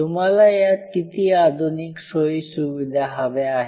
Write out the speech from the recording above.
तुम्हाला यात किती आधुनिक सोयी सुविधा हव्या आहे